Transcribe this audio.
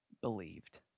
believed